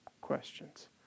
questions